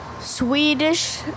Swedish